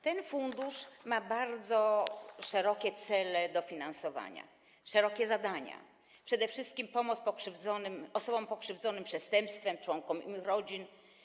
Ten fundusz ma bardzo liczne cele do finansowania, szerokie zadania, przede wszystkim pomoc osobom pokrzywdzonym przestępstwem, członkom ich rodzin.